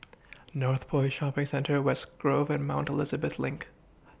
Northpoint Shopping Centre West Grove and Mount Elizabeth LINK